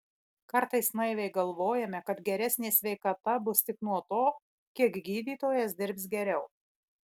kartais naiviai galvojame kad geresnė sveikata bus tik nuo to kiek gydytojas dirbs geriau